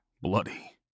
bloody